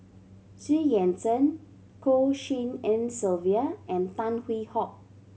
Xu Yuan Zhen Goh Tshin En Sylvia and Tan Hwee Hock